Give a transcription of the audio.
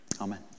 amen